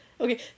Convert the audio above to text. Okay